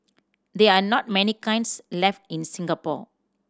there are not many kilns left in Singapore